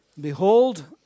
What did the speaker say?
Behold